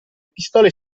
pistole